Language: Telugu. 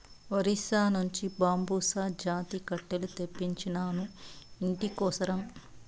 ఒరిస్సా నుంచి బాంబుసా జాతి కట్టెలు తెప్పించినాను, ఇంటి కోసరం